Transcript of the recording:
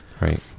Right